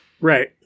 right